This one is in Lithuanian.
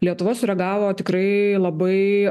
lietuva sureagavo tikrai labai